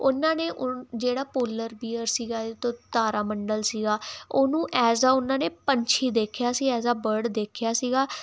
ਉਨਾਂ ਨੇ ਜਿਹੜਾ ਪੋਲਰ ਬੀਅਰ ਸੀਗਾ ਇਹ ਤੋਂ ਤਾਰਾ ਮੰਡਲ ਸੀਗਾ ਉਹਨੂੰ ਐਜ ਉਹਨਾਂ ਨੇ ਪੰਛੀ ਦੇਖਿਆ ਸੀ ਐਜ ਅ ਬਰਡ ਦੇਖਿਆ ਸੀਗਾ